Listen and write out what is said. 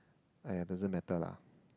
!aiya! doesn't matter lah